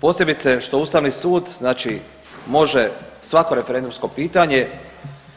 Posebice što Ustavni sud znači može svako referendumsko pitanje